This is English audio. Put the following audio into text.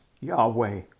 Yahweh